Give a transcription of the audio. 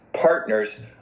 partner's